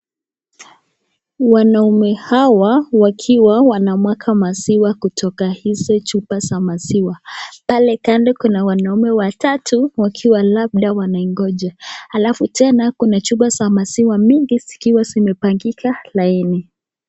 Wanaume hawa wakiwa wanamwaga maziwa kutoka hizi chupa za maziwa. Pale kando kuna wanaume watatu wakiwa labda wanaingoja. Alafu tena kuna chupa za maziwa mingi zikiwa zimepangika laini.